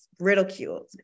ridiculed